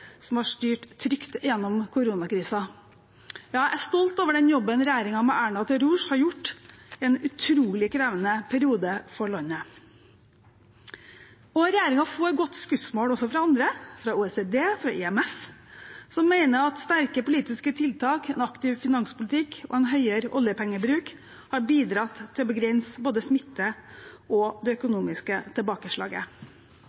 som har styrt trygt gjennom koronakrisen. Jeg er stolt over den jobben regjeringen, med Erna ved roret, har gjort i en utrolig krevende periode for landet. Regjeringen får godt skussmål også fra andre, fra OECD og IMF, som mener at sterke politiske tiltak, en aktiv finanspolitikk og en høyere oljepengebruk har bidratt til å begrense både smitte og det